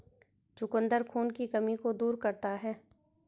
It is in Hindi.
चुकंदर खून की कमी को भी दूर करता है